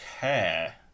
care